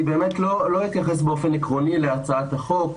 אני באמת לא אתייחס באופן עקרוני להצעת החוק.